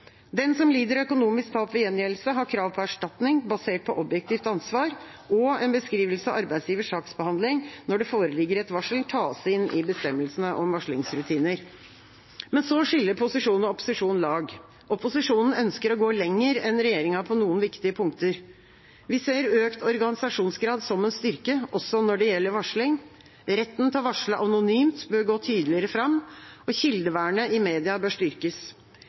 Den som lider økonomisk tap ved gjengjeldelse, har krav på erstatning, basert på objektivt ansvar, og en beskrivelse av arbeidsgivers saksbehandling når det foreligger et varsel, tas inn i bestemmelsen om varslingsrutiner. Men så skiller posisjon og opposisjon lag. Opposisjonen ønsker å gå lenger enn regjeringa på noen viktige punkter. Vi ser økt organisasjonsgrad som en styrke, også når det gjelder varsling. Retten til å varsle anonymt bør gå tydeligere fram, og kildevernet i media bør styrkes.